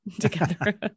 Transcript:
together